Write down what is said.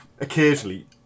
occasionally